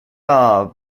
are